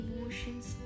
Emotions